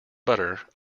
butter